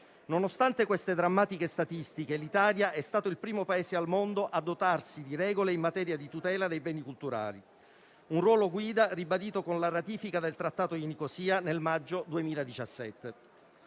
Nonostante queste drammatiche statistiche, l'Italia è stato il primo Paese al mondo a dotarsi di regole in materia di tutela dei beni culturali, un ruolo guida ribadito con la ratifica della Convenzione di Nicosia nel maggio 2017.